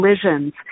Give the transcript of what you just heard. Collisions